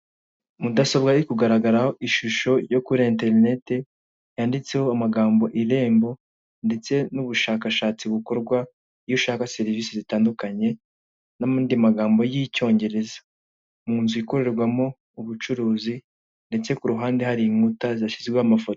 Mudasobwa iri kugaragaraho ishusho yo kuri interinete yanditseho amagambo "irembo" ndetse n'ubushakashatsi bukorwa iyo ushaka serivise zitandukanye, n'andi magambo y'icyongereza. Mu nzu ikorerwamo ubucurizi ndetse ku ruhande hari inkuta zashyizweho amafoto.